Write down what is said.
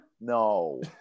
No